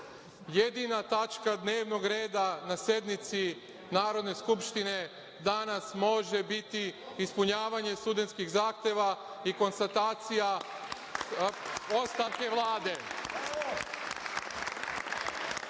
jedina tačka dnevnog reda na sednici Narodne skupštine danas može biti ispunjavanje studentskih zahteva i konstatacija ostavke Vlade.